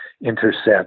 intercept